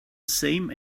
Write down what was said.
same